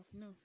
no